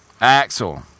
Axel